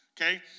okay